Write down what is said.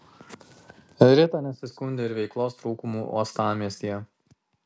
rita nesiskundė ir veiklos trūkumu uostamiestyje